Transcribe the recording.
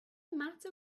matter